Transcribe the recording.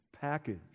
package